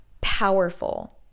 powerful